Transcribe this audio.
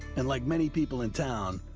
and like many people in town,